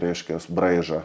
reiškias braižą